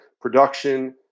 production